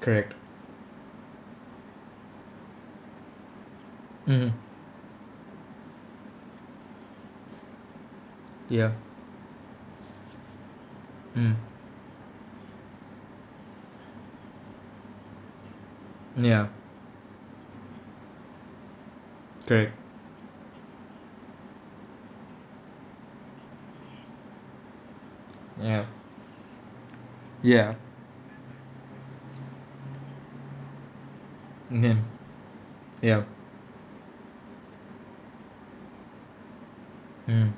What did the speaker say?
correct mmhmm ya mm ya correct ya ya mmhmm yup mmhmm